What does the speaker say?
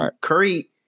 Curry